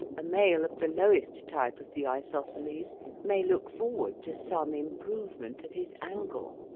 a male of the lowest type of the isosceles may look forward to some improvement of his angle,